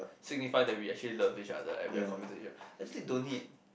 signify that we actually love each other and we are committed to each other actually don't need